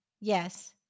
Yes